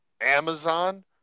Amazon